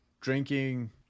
Drinking